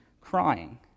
crying